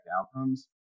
outcomes